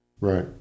Right